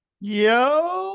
Yo